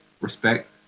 respect